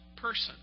person